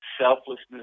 selflessness